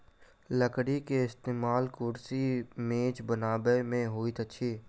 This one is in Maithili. लकड़ी के इस्तेमाल कुर्सी मेज बनबै में होइत अछि